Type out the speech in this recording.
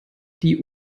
die